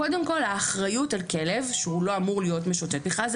קודם כל האחריות על כלב שהוא לא אמור להיות משוטט בכלל,